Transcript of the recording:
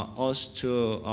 us to